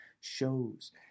shows